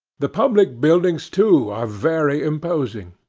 the public buildings, too, are very imposing.